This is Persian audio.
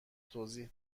توضیح